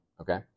Okay